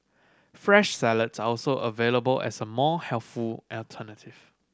fresh salads are also available as a more healthful alternative